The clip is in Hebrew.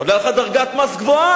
יש לך דרגת מס גבוהה,